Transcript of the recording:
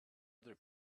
other